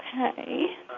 Okay